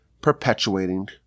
perpetuating